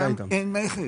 עליהם אין מכס.